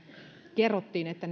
kerrottiin että